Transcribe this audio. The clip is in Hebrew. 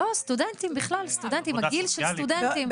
לא, סטודנטים בכלל, גיל של סטודנטים.